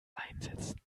einsetzen